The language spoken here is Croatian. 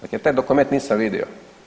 Dakle, taj dokument nisam vidio.